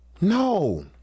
no